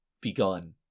begun